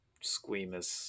squeamish